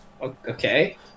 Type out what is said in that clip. Okay